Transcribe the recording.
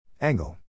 Angle